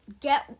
get